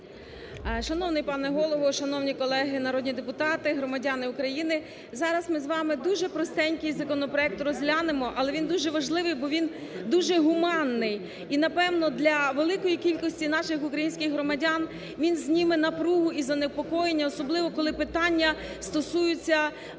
Шановний пане Голово, шановні колеги народні депутати, громадяни України! Зараз ми з вами дуже простенький законопроект розглянемо, але від дуже важливий, дуже гуманний, і, напевно, для великої кількості наших українських громадян він зніме напругу і занепокоєння, особливо якщо питання стосується